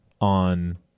on